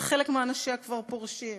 וחלק מאנשיה כבר פורשים,